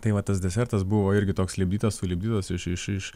tai va tas desertas buvo irgi toks lipdytas sulipdytas iš iš iš